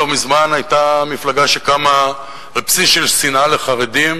לא מזמן היתה מפלגה שקמה על בסיס של שנאה לחרדים,